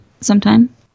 sometime